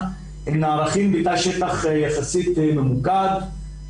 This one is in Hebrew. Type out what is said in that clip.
שהם נערכים בתנאי שטח יחסית מורכב,